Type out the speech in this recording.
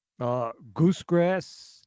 goosegrass